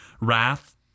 wrath